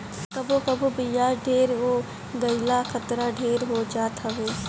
कबो कबो बियाज ढेर हो गईला खतरा ढेर हो जात हवे